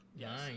Nice